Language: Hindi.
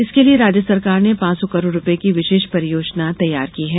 इसके लिए राज्य सरकार ने पांच सौ करोड़ रूपये की विशेष परियोजना तैयार की है